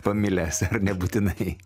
pamilęs ar nebūtinai